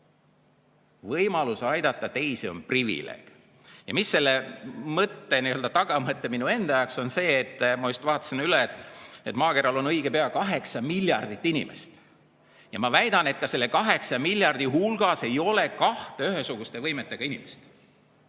Võimalus aidata teisi on privileeg. Selle mõtte tagamõte minu enda jaoks on see. Ma just vaatasin üle, et maakeral elab õige pea kaheksa miljardit inimest. Ma väidan, et selle kaheksa miljardi hulgas ei ole kahte ühesuguste võimetega inimest.